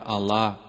Allah